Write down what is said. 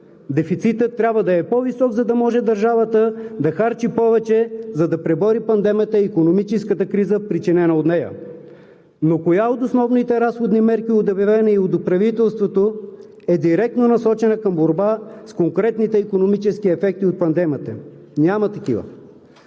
дефицитът трябва да е по-висок, за да може държавата да харчи повече, за да пребори пандемията и икономическата криза, причинена от нея. Но коя от основните разходни мерки, обявени от правителството, е директно насочена към борба с конкретните икономически ефекти от пандемията? Няма такива!